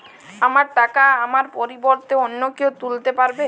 আমার টাকা আমার পরিবর্তে অন্য কেউ তুলতে পারবে?